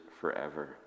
forever